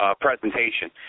presentation